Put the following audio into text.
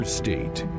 state